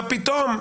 מה פתאום,